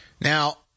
Now